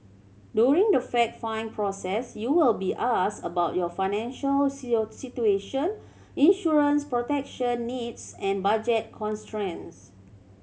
during the fact find process you will be asked about your financial situation insurance protection needs and budget constraints